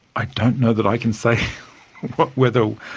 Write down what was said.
i don't know that i can say whether.